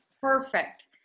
perfect